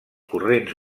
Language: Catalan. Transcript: corrents